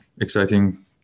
exciting